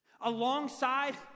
Alongside